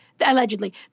Allegedly